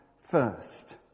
first